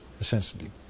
essentially